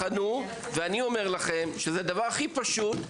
אני אומר לכם שזה הדבר הכי פשוט,